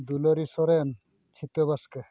ᱫᱩᱞᱟᱹᱲᱤ ᱥᱚᱨᱮᱱ ᱪᱷᱤᱛᱟᱹ ᱵᱟᱥᱠᱮ